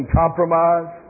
compromise